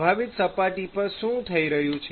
પ્રભાવિત સપાટી પર શું થઈ રહ્યું છે